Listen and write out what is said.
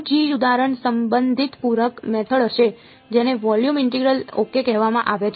2 જી ઉદાહરણ સંબંધિત પૂરક મેથડ હશે જેને વોલ્યુમ ઇન્ટિગ્રલ ઓકે કહેવામાં આવે છે